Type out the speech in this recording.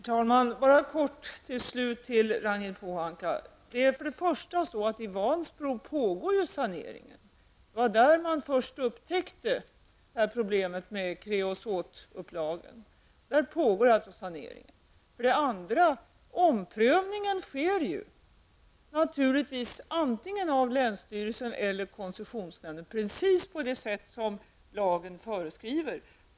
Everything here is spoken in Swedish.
Herr talman! Jag vill kortfattat till Ragnhild Pohanak säga följande. För det första pågår sanering i Vansbro. Det var där man först upptäckte problemet med kreosotupplagen. För det andra sker omprövningen antingen av länsstyrelsen eller av koncessionsnämnden, precis på det sätt som föreskrivs i lagen.